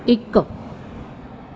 ਇੱਕ